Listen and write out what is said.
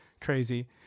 crazy